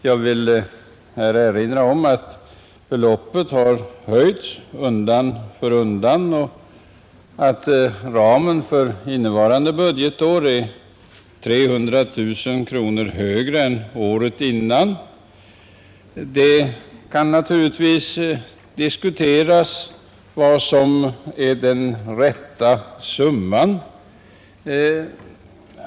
Jag vill här erinra om att beloppet har höjts undan för undan och att ramen för innevarande budgetår är 300 000 kronor högre än året innan. Det kan naturligtvis diskuteras vad som är den rätta summan.